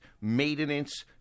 maintenance